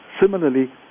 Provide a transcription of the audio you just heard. Similarly